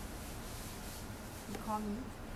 he call me no he never